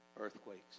Earthquakes